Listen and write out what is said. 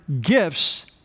gifts